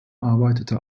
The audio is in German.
arbeitete